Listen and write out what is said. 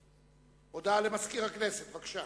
הודעה למזכיר הכנסת, בבקשה.